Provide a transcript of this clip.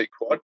quad